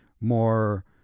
more